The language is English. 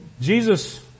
Jesus